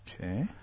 Okay